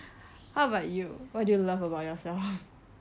how about you what do you love about yourself